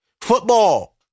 Football